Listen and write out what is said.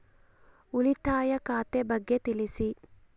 ಉಳಿತಾಯ ಖಾತೆ ಬಗ್ಗೆ ತಿಳಿಸಿ?